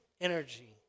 energy